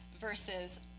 versus